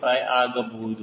5 ಆಗಬಹುದು